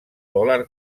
dòlar